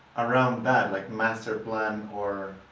around that like master plan or